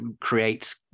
creates